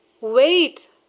Wait